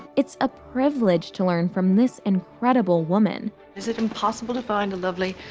it's a privilege to learn from this incredible woman is it impossible to find a lovely,